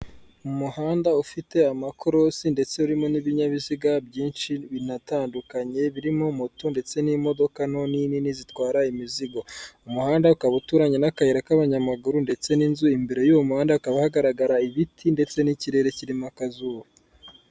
Umuhanda ufite amakorosi ndetse urimo n'ibinyabiziga byinshi binatandukanye birimo moto ndetse n'imodoka nto n'inini zitwara imizigo, umuhanda ukaba uturanye n'akayira k'abanyamaguru ndetse n'inzu, imbere y'uwo muhanda hakaba hagaragara ibiti ndetse n'ikirere kirimo akazuba.